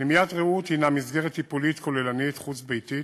פנימיית "רעות" היא מסגרת טיפולית כוללנית חוץ-ביתית,